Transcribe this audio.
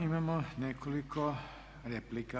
Imamo nekoliko replika.